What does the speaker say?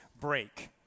break